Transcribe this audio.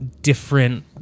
different